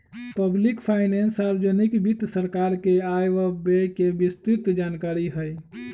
public finance सार्वजनिक वित्त सरकार के आय व व्यय के विस्तृतजानकारी हई